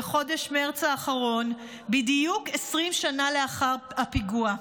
בחודש מרץ האחרון, בדיוק 20 שנה לאחר הפיגוע,